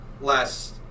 last